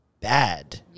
bad